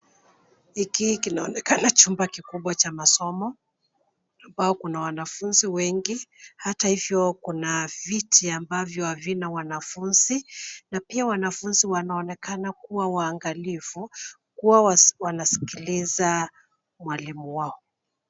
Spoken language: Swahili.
Hiki kinaonekana chumba kikubwa cha masomo ambao kuna wanafunzi wengi hata hivyo kuna viti ambavyo havina wanafunzi na pia wanafunzi wanaonekana kuwa waangalifu kuwa wanasikiliza mwalimu wao.